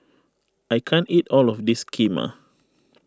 I can't eat all of this Kheema